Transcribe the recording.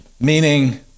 meaning